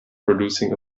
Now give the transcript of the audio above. producing